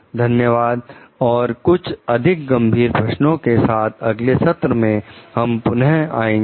धन्यवाद और कुछ अधिक गंभीर प्रश्नों के साथ अगले सत्र में हम पुन आएंगे